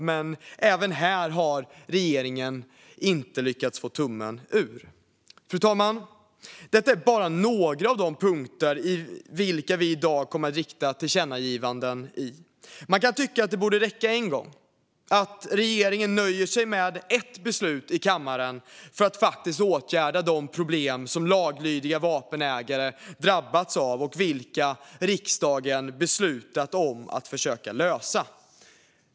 Men inte heller här har regeringen inte lyckats få tummen ur. Fru talman! Detta är bara några av de punkter på vilka vi i dag kommer att rikta nya tillkännagivanden. Man kan tycka att det borde räcka med en gång och att regeringen nöjer sig med ett beslut i kammaren för att faktiskt åtgärda de problem som laglydiga vapenägare drabbas av och som riksdagen beslutat om att försöka lösa.